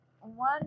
One